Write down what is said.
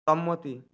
সম্মতি